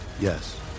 Yes